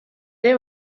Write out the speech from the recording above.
ere